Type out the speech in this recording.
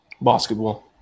Basketball